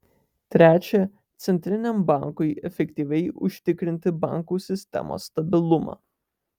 trečia centriniam bankui efektyviai užtikrinti bankų sistemos stabilumą